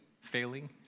failing